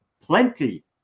plenty